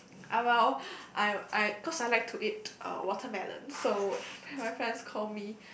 I well I I because I like to eat uh watermelons so then my friends call me